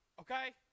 okay